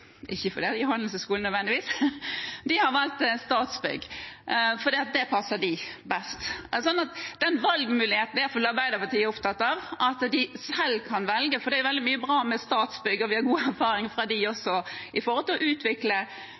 ikke nødvendigvis fordi det er en handelshøyskole – har valgt Statsbygg fordi det passer dem best. Den valgmuligheten, at de selv kan velge, er i alle fall Arbeiderpartiet opptatt av, for det er veldig mye bra med Statsbygg, og vi har gode erfaringer med dem når det gjelder å utvikle